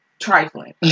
Trifling